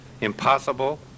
Impossible